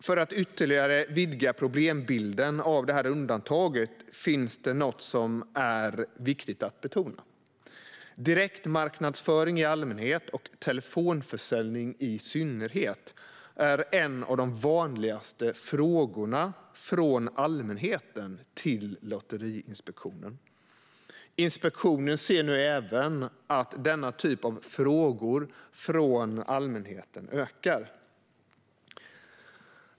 För att ytterligare vidga problembilden av det här undantaget finns det något som är viktigt att betona: Direktmarknadsföring i allmänhet, och telefonförsäljning i synnerhet, är en av de vanligaste frågorna från allmänheten till Lotteriinspektionen. Inspektionen ser nu även att denna typ av frågor från allmänheten ökar.